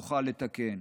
נוכל לתקן.